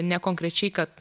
ne konkrečiai kad